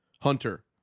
hunter